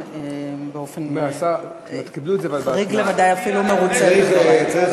באופן חריג למדי אני אפילו מרוצה מזה.